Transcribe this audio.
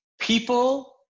People